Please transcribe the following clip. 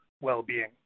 well-being